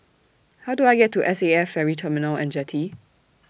How Do I get to S A F Ferry Terminal and Jetty